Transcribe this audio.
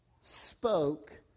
spoke